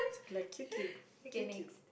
like kick you kick you